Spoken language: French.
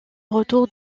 retour